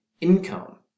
income